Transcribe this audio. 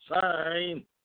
sign